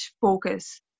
focus